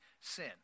sin